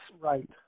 Right